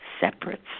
separates